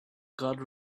guard